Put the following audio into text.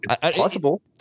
possible